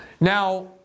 Now